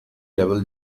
level